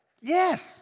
Yes